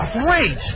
great